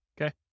Okay